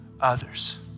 others